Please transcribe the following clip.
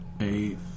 eight